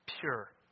pure